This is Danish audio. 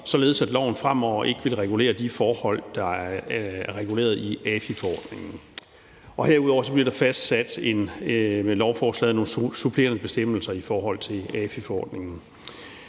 således at loven fremover ikke vil regulere de forhold, der er reguleret i AFI-forordningen. Herudover bliver der med lovforslaget fastsat nogle supplerende bestemmelser i forhold til AFI-forordningen.